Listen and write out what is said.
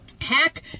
Hack